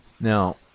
Now